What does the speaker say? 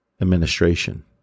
administration